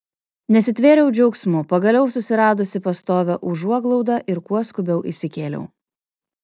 nesitvėriau džiaugsmu pagaliau susiradusi pastovią užuoglaudą ir kuo skubiau įsikėliau